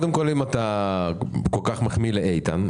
אם אתה כל כך מחמיא לאיתן,